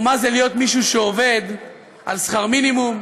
או מה זה להיות מישהו שעובד בשכר מינימום,